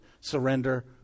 surrender